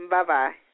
Bye-bye